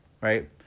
right